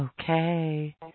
Okay